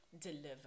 deliver